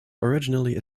originally